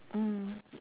mm